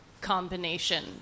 combination